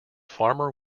farmer